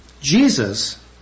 Jesus